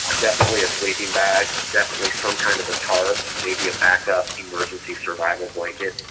ah definitely a sleeping bag, definitely some kind of a tarp, maybe a backup emergency survival blanket,